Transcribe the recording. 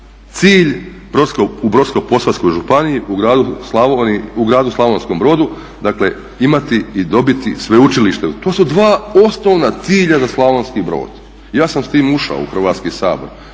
cilj u Brodsko-posavskoj županiji u gradu Slavonskom Brodu dakle imati i dobiti sveučilište. To su dva osnovna cilja za Slavonski Brod i ja sam s tim ušao u Hrvatski sabor.